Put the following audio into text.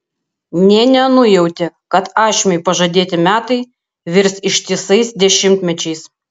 nė nenujautė kad ašmiui pažadėti metai virs ištisais dešimtmečiais